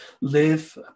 live